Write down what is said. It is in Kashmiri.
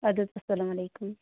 اَدٕ حظ اسلامُ علیکُم